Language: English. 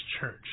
church